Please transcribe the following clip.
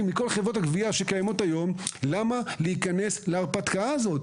מכל חברות הגבייה שקיימות היום - למה להיכנס להרפתקאה הזאת?